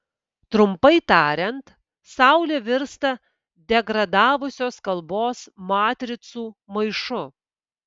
trumpai tariant saulė virsta degradavusios kalbos matricų maišu